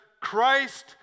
Christ